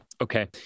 okay